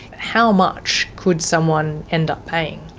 how much could someone end up paying?